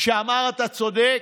שאמרו "אתה צודק".